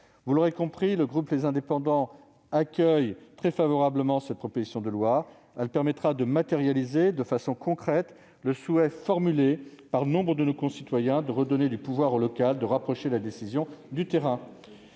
Vous l'aurez compris, le groupe Les Indépendants - République et Territoires accueille très favorablement cette proposition de loi. Celle-ci permettra de matérialiser de façon concrète le souhait formulé par nombre de nos concitoyens : redonner du pouvoir au local et rapprocher la décision du terrain.